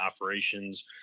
operations